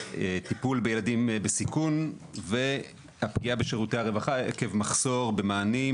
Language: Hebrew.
טיפול בילדים בסיכון והפגיעה בשירותי הרווחה עקב מחסור במענים